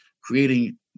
creating